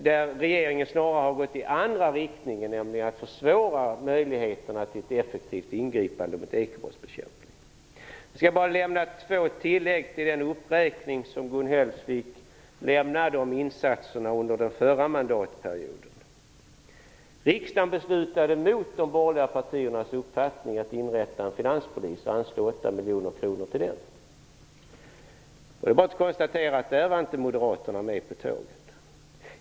Där gick regeringen snarare i den andra riktningen och försvårade möjligheterna till ett effektivt ingripande. Jag skall bara göra två tillägg till den uppräkning som Gun Hellsvik gjorde om insatserna under den förra mandatperioden. Riksdagen beslutade, mot de borgerliga partiernas uppfattning, att inrätta en finanspolis och anslå 8 miljoner kronor till det. Där var inte Moderaterna med på tåget.